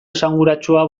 esanguratsua